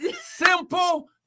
simple